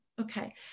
Okay